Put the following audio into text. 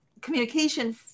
communication